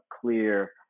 clear